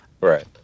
Right